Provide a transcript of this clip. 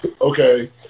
Okay